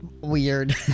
Weird